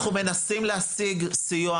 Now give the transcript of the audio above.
אנחנו מנסים להשיג סיוע